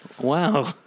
Wow